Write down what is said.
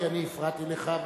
כי אני הפרעתי לך.